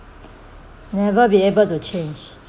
never be able to change